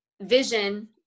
vision